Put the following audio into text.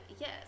yes